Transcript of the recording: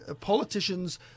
politicians